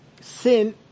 Sin